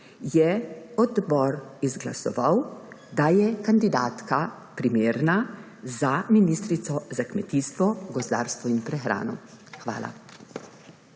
je odbor izglasoval, da je kandidatka primerna za ministrico za kmetijstvo, gozdarstvo in prehrano. Hvala.